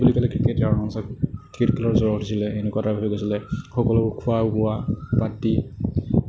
cricket cricket বুলি ক'লে ক্ৰিকেটেই আৰু ক্ৰিকেট খেলৰ জ্বৰ উঠিছিলে এনেকুৱা এটা হৈ গৈছিলে সকলো খোৱা বোৱা বাদ দি